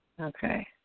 Okay